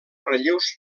relleus